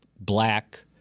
black